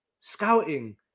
scouting